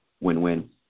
win-win